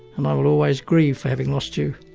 um i will always grieve for having lost you